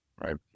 right